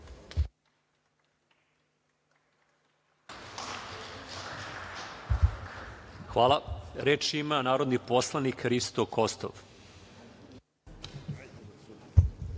Hvala. Reč ima narodni poslanik Risto Kostov. Izvolite.